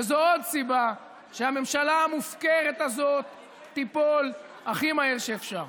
וזו עוד סיבה שהממשלה המופקרת הזאת תיפול הכי מהר שאפשר.